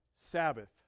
Sabbath